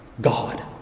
God